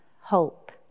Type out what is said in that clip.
hope